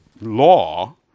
law